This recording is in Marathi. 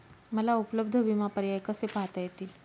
मला उपलब्ध विमा पर्याय कसे पाहता येतील?